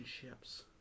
ships